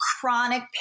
chronic